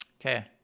Okay